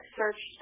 search